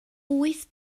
wyth